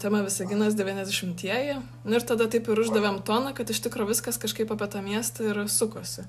temą visaginas devyniasdešimtieji nu ir tada taip ir uždavėm toną kad iš tikro viskas kažkaip apie tą miestą ir sukosi